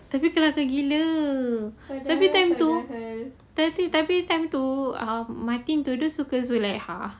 tapi sangat gila tapi time tu tapi tapi time tu ah martin tu suka zulaiha